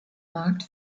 markt